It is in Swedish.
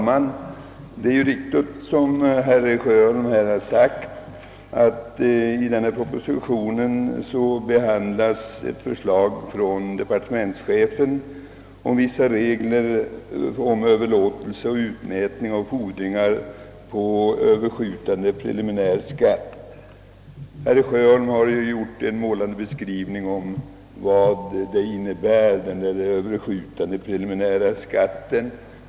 Herr talman! I den proposition som behandlas i utskottsutlåtandet föreslås vissa regler om överlåtelse och utmätning av fordran på överskjutande preliminär skatt. Herr Sjöholm har lämnat en målande beskrivning av vad överskjutande preliminär skatt innebär.